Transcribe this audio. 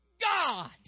God